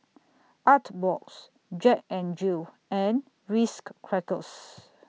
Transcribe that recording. Artbox Jack N Jill and Risk Crackers